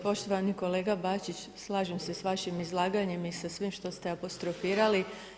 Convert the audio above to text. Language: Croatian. Poštovani kolega Bačić slažem se s vašim izlaganjem i sa svim što ste apostrofirali.